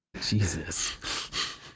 Jesus